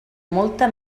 molta